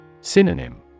Synonym